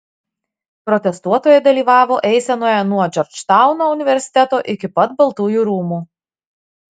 protestuotojai dalyvavo eisenoje nuo džordžtauno universiteto iki pat baltųjų rūmų